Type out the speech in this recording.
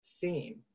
theme